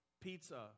pizza